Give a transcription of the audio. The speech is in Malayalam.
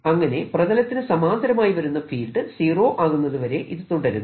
അങ്ങനെ പ്രതലത്തിനു സമാന്തരമായി വരുന്ന ഫീൽഡ് സീറോ ആകുന്നതു വരെ ഇത് തുടരുന്നു